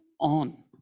on